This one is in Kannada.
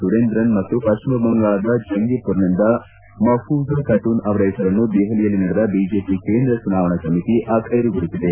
ಸುರೇಂದ್ರನ್ ಮತ್ತು ಪಟ್ಟಮಬಂಗಾಳದ ಜಂಗಿಪರ್ನಿಂದ ಮಘೂಜಾ ಕಟೂನ್ ಅವರ ಹೆಸರನ್ನು ದೆಪಲಿಯಲ್ಲಿ ನಡೆದ ಬಿಜೆಪಿ ಕೇಂದ್ರ ಚುನಾವಣಾ ಸಮಿತಿ ಅಖ್ಯೆರುಗೊಳಿಸಿದೆ